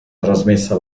trasmessa